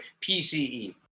PCE